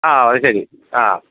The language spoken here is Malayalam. ആ അത് ശരി ആ